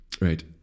Right